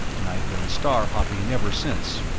and i've been star-hopping ever since.